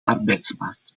arbeidsmarkt